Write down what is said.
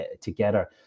together